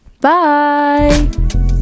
bye